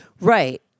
Right